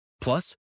Plus